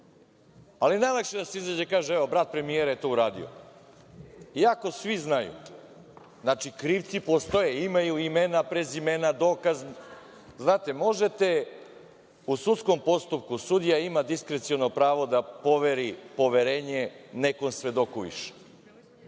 je da se izađe i kaže – evo, brat premijer je to uradio, iako svi znaju, krivci postoje. Imaju imena, prezimena, dokaz. Znate, u sudskom postupku sudija ima diskreciono pravo da poveri poverenje nekom svedoku više,